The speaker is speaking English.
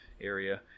area